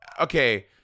okay